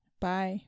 bye